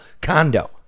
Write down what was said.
condo